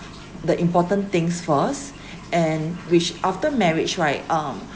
the important things first and which after marriage right um